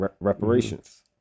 reparations